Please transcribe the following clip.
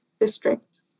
district